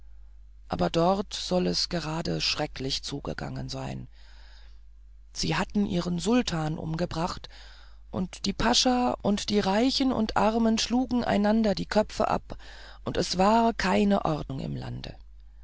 aber dort soll es gerade schrecklich zugegangen sein sie hatten ihren sultan umgebracht und die pascha und die reichen und armen schlugen einander die köpfe ab und es war keine ordnung im lande